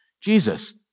Jesus